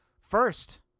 first